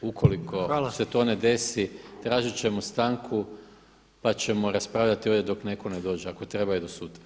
Ukoliko se to ne desi tražit ćemo stanku pa ćemo raspravljati ovdje dok netko ne dođe, ako treba i do sutra.